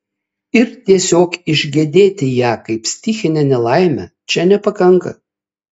ir tiesiog išgedėti ją kaip stichinę nelaimę čia nepakanka